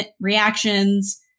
reactions